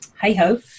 hey-ho